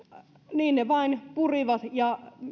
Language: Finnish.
niin ne vain purivat ja